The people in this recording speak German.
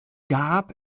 gab